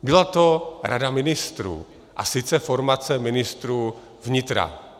Byla to Rada ministrů, a sice formace ministrů vnitra.